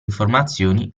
informazioni